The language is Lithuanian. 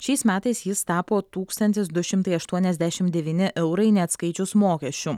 šiais metais jis tapo tūkstantis du šimtai aštuoniasdešim devyni eurai neatskaičius mokesčių